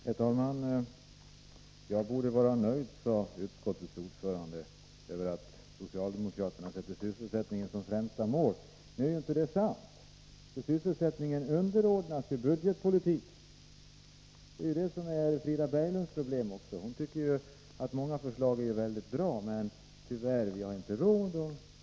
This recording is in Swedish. Herr talman! Jag borde vara nöjd, sade utskottets ordförande, över att socialdemokraterna sätter sysselsättningen som främsta mål. Men det är inte sant, för sysselsättningen underordnas budgetpolitiken. Det är det som är problemet, också för Frida Berglund. Hon tycker ju att många förslag är mycket bra, men säger: Tyvärr, vi har inte råd.